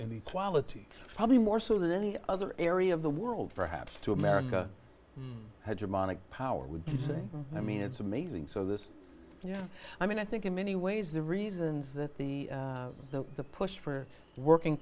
the quality probably more so than any other area of the world perhaps to america had germanic power would you say i mean it's amazing so this yeah i mean i think in many ways the reasons that the the the push for working